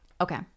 okay